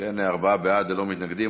ארבעה בעד, ללא מתנגדים.